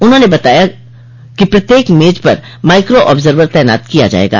उन्हें बताया गया कि प्रत्येक मेज पर माइक्रो आर्ब्जवर तैनात किया जायेगा